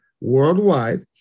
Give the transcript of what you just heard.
worldwide